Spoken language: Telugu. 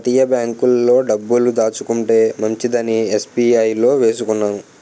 జాతీయ బాంకుల్లో డబ్బులు దాచుకుంటే మంచిదని ఎస్.బి.ఐ లో వేసుకున్నాను